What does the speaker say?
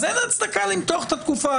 אז אין הצדקה למתוח את התקופה,